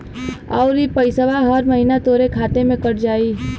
आउर इ पइसवा हर महीना तोहरे खाते से कट जाई